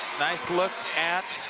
nice look at